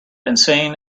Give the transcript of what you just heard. insane